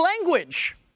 language